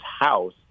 house